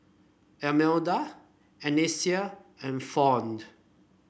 Almeda Anissa and Fount